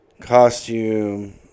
Costume